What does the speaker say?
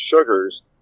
sugars